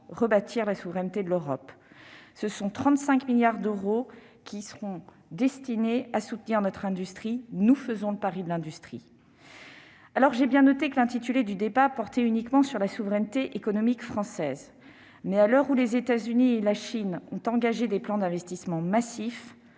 de la France, celle de l'Europe. Ainsi, 35 milliards d'euros seront destinés à soutenir notre industrie- nous faisons le pari de l'industrie ! J'ai bien noté que l'intitulé du débat n'évoque que la souveraineté économique française. Mais, à l'heure où les États-Unis et la Chine ont engagé des plans d'investissements massifs,